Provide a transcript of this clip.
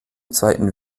zweiten